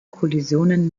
kollisionen